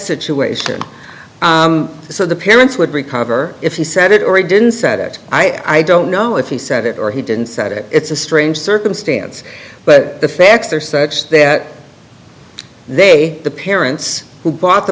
situation so the parents would recover if he said it or he didn't said it i don't know if he said it or he didn't said it it's a strange circumstance but the facts are such that they the parents who bought the